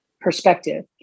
perspective